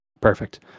Perfect